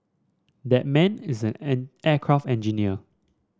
that man is an an aircraft engineer